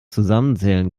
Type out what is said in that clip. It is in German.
zusammenzählen